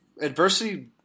adversity –